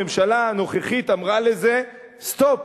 הממשלה הנוכחית אמרה לזה: סטופ,